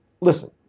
Listen